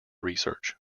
research